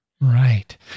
Right